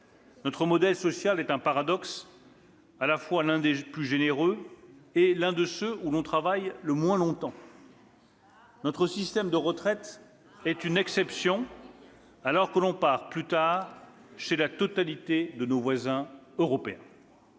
Notre modèle social est un paradoxe : il est à la fois l'un des plus généreux et l'un de ceux dans lesquels l'on travaille le moins longtemps. » On y vient !« Notre système de retraite est une exception, puisque l'on part plus tard chez la totalité de nos voisins européens.